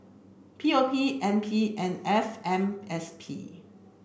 P O P N P and F M S P